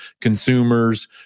consumers